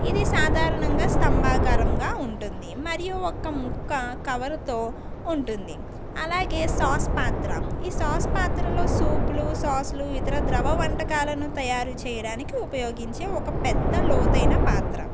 ఇది సాధారణంగా స్తంభాకారంగా ఉంటుంది మరియు ఒక ముక్క కవర్తో ఉంటుంది అలాగే సాస్ పాత్ర ఈ సాస్ పాత్రలో సూపులు సాసులు ఇతర ద్రవ వంటకాలను తయారు చేయడానికి ఉపయోగించే ఒక పెద్ద లోతైన పాత్ర